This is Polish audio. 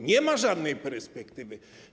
Nie ma żadnej perspektywy.